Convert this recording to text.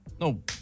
No